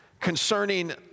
Concerning